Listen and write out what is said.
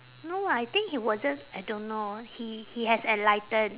no ah I think he was just I don't know he he has enlighten